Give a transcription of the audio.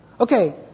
Okay